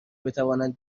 بتوانند